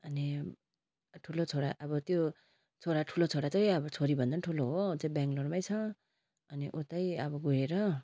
अनि ठुलो छोरा अब त्यो छोरा ठुलो छोरा चाहिँ आबो छोरीभन्दा पनि ठुलो हो ऊ चाहिँ बेङ्लोरमै छ अनि उतै अब गएर